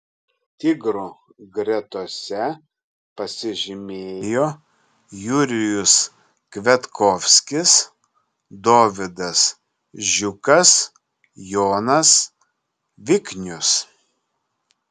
tigrų gretose pasižymėjo jurijus kviatkovskis dovydas žiukas jonas viknius